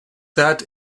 that